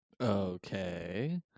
Okay